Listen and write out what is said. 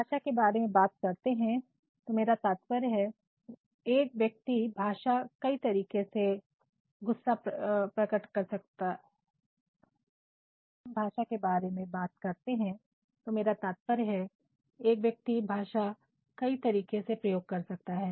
अब जब हम भाषा के बारे में बात करते हैं तो मेरा तात्पर्य है एक व्यक्ति भाषा कई तरीके प्रयोग कर सकता है